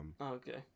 Okay